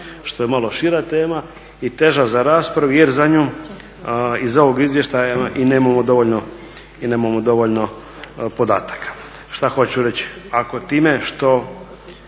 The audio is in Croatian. što je malo šira tema i teža za raspravu jer za njom iz ovog izvještaja i nemamo dovoljno podataka. Šta hoću reći, ako time što